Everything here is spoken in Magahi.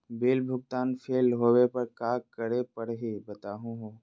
बिल भुगतान फेल होवे पर का करै परही, बताहु हो?